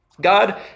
God